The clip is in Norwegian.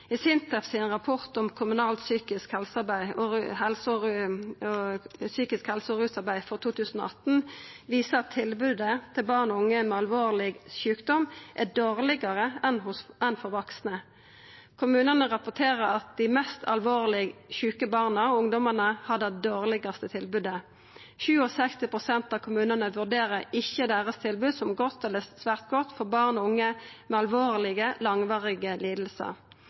om kommunalt psykisk helse- og rusarbeid frå 2018 viser at tilbodet til barn og unge med alvorleg sjukdom er dårlegare enn til vaksne. Kommunane rapporterer at dei mest alvorleg sjuke barna og ungdomane har det dårlegaste tilbodet. 67 pst. av kommunane vurderer ikkje tilbodet sitt som godt eller svært godt for barn og unge med alvorlege langvarige